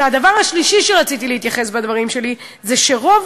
הדבר השלישי שרציתי להתייחס אליו בדברים שלי זה שרוב